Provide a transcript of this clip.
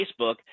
Facebook